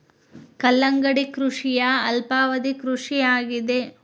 ಕಲ್ಲಂಗಡಿ ಕೃಷಿಯ ಅಲ್ಪಾವಧಿ ಕೃಷಿ ಆಗಿದೆ